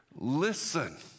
Listen